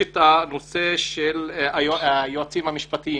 הנושא של היועצים המשפטיים